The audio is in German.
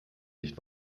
nicht